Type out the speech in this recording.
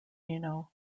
eno